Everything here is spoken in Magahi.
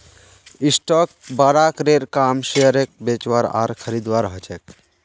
स्टाक ब्रोकरेर काम शेयरक बेचवार आर खरीदवार ह छेक